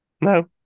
No